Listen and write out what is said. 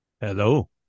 hello